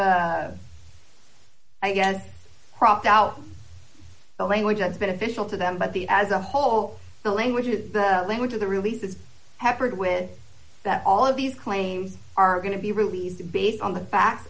of i guess cropped out the language as beneficial to them but the as a whole the language of the language of the release that happened with that all of these claims are going to be released based on the fact